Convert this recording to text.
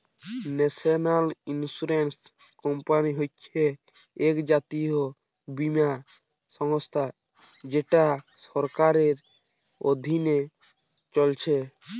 national insurance company হচ্ছে একটা জাতীয় বীমা সংস্থা যেটা সরকারের অধীনে চলছে